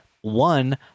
One